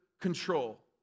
control